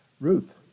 Ruth